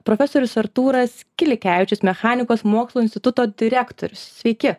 profesorius artūras kilikevičius mechanikos mokslų instituto direktorius sveiki